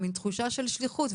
מתחושה של שליחות.